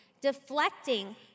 deflecting